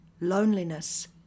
loneliness